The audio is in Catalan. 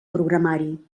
programari